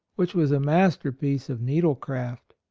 which was a masterpiece of needlecraft.